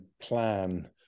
plan